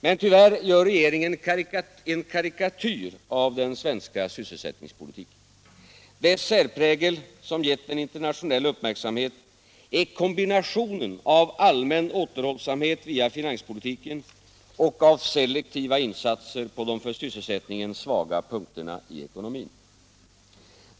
Men tyvärr gör regeringen en karikatyr av den svenska sysselsättningspolitiken. Dess särprägel, som gett den internationell uppmärksamhet, är kombinationen av allmän återhållsamhet via finanspolitiken och av selektiva insatser på de för sysselsättningen svaga punkterna i ekonomin.